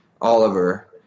Oliver